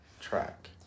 track